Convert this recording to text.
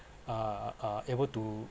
uh uh able to